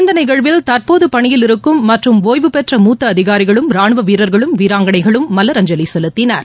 இந்த நிகழ்வில் தற்போது பணியில் இருக்கும் மற்றும் ஓய்வுபெற்ற மூத்த அதிகாரிகளும் ரானுவ வீரர்களும் வீராங்கனைகளும் மலரஞ்சலி செலுத்தினர்